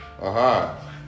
Aha